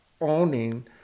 owning